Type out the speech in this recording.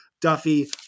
Duffy